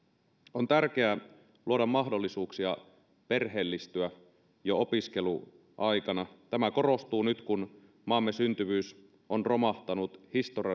on tärkeää luoda mahdollisuuksia perheellistyä jo opiskeluaikana tämä korostuu nyt kun maamme syntyvyys on romahtanut